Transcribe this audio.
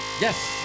Yes